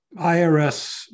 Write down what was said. IRS